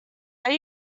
are